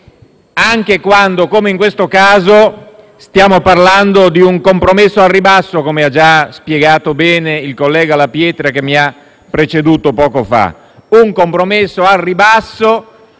anche quando, come in questo caso, stiamo parlando di un compromesso al ribasso, come ha già spiegato bene il collega La Pietra, che mi ha preceduto poco fa. Un compromesso al ribasso